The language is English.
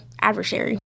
adversary